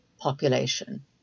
population